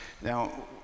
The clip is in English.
Now